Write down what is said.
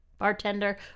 Bartender